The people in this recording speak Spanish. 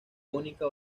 cónica